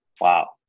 Wow